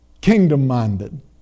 kingdom-minded